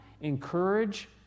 encourage